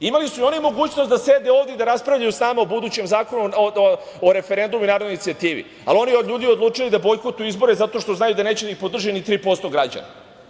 Imali su i oni mogućnost da sede ovde i raspravljaju sa nama o budućem Zakonu o referendumu i narodnoj inicijativi, ali oni ljudi odlučili da bojkotuju izbore zato što znaju da neće da ih podrži ni 3% građana.